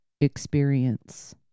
experience